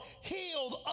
healed